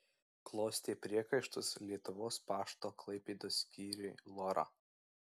klostė priekaištus lietuvos pašto klaipėdos skyriui lora